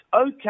okay